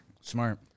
smart